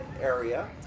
area